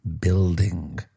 building